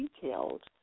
detailed